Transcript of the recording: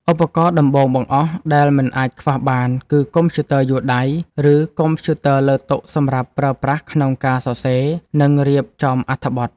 ឧបករណ៍ដំបូងបង្អស់ដែលមិនអាចខ្វះបានគឺកុំព្យូទ័រយួរដៃ ឬកុំព្យូទ័រលើតុសម្រាប់ប្រើប្រាស់ក្នុងការសរសេរ និងរៀបចំអត្ថបទ។